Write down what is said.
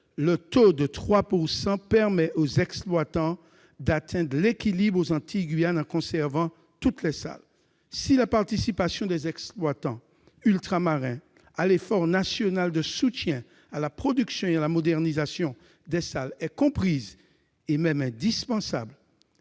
le taux de 3 % permet aux exploitants d'atteindre l'équilibre aux Antilles-Guyane en conservant toutes les salles. Si la participation des exploitants ultramarins à l'effort national de soutien à la production et à la modernisation des salles est indispensable,